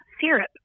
syrup